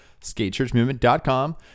skatechurchmovement.com